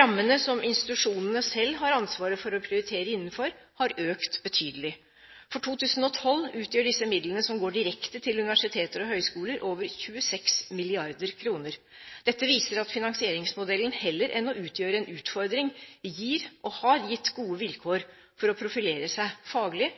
Rammene som institusjonene selv har ansvaret for å prioritere innenfor, har økt betydelig. For 2012 utgjør disse midlene som går direkte til universiteter og høyskoler over 26 mrd. kr. Dette viser at finansieringsmodellen – heller enn å utgjøre en utfordring – gir og har gitt gode vilkår for å profilere seg faglig